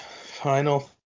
final